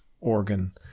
organ